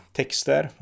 texter